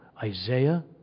Isaiah